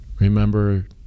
Remember